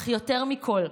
אך יותר מכול,